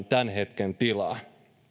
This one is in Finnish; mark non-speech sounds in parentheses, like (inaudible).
(unintelligible) tämän hetken tilaan